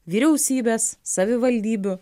vyriausybės savivaldybių